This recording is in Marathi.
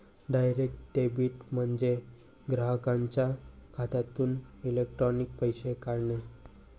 डायरेक्ट डेबिट म्हणजे ग्राहकाच्या खात्यातून इलेक्ट्रॉनिक पैसे काढणे